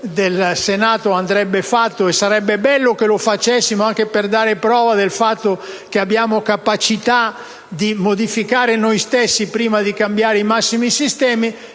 Grazie,